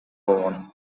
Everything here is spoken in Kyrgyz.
болгон